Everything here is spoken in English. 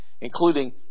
including